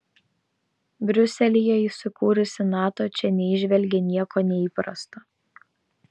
briuselyje įsikūrusi nato čia neįžvelgė nieko neįprasto